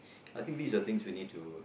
I think these are things we need to